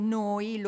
noi